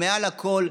ומעל הכול,